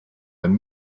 den